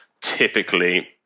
typically